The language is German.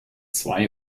zwei